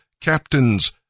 captains